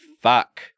Fuck